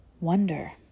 Wonder